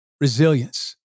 resilience